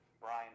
Brian